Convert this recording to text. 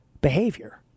behavior